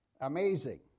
Amazing